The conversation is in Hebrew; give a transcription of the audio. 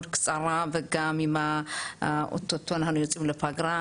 כך קצרה וגם עם הפגרה שאנחנו יוצאים אליה בקרוב,